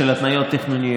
שכרוכות בהתניות התכנוניות,